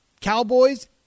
Cowboys